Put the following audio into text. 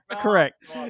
Correct